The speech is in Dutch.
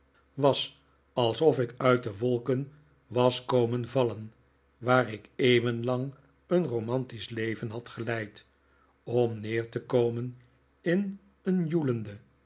was alsof ik uit de wolken was komen vallen waar ik eeuwen lang een romantisch leven had geleid om neer te komen in een joelende